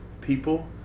people